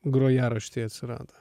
grojaraštyje atsirado